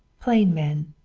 plain men,